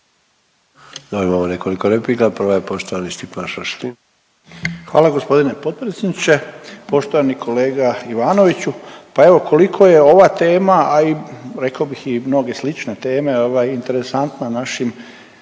Evo imamo nekoliko replika, prva je poštovani Stipan Šašlin. **Šašlin, Stipan (HDZ)** Hvala g. potpredsjedniče. Poštovani kolega Ivanoviću, pa evo koliko je ova tema, a i rekao bih i mnoge slične teme ovaj interesantna našim